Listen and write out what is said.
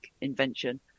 invention